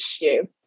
issue